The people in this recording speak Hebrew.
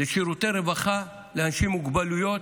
לשירותי רווחה לאנשים עם מוגבלויות,